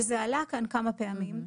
וזה עלה כאן כמה פעמים,